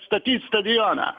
statyt stadioną